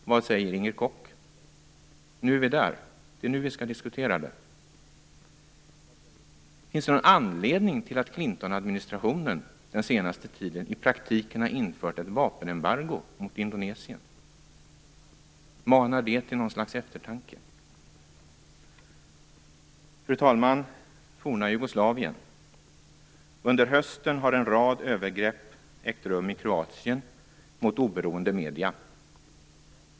Vad säger Inger Koch? Nu är vi där. Det är nu vi skall diskutera detta. Finns det någon anledning till att Clintonadministrationen den senaste tiden i praktiken har infört ett vapenembargo mot Indonesien? Manar det till någon slags eftertanke? Fru talman! Nu skall jag tala litet om det forna Jugoslavien. Under hösten har en rad övergrepp mot oberoende medier ägt rum i Kroatien.